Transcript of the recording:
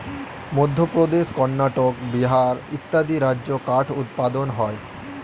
মধ্যপ্রদেশ, কর্ণাটক, বিহার ইত্যাদি রাজ্যে কাঠ উৎপাদন হয়